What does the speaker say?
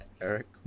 Eric